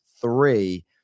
three